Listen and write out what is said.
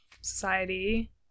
society